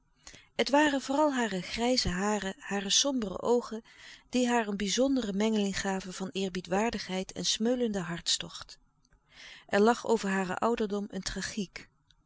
het waren vooral hare grijze haren hare sombere oogen die haar een bizondere mengeling gaven van eerbiedwaardigheid en smeulenden hartstocht er lag over haren ouderdom een tragiek